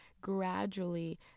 gradually